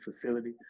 facility